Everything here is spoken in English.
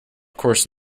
course